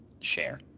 share